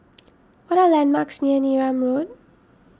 what are the landmarks near Neram Road